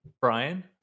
Brian